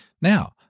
Now